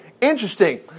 interesting